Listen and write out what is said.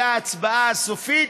שאז הייתה ההצבעה הסופית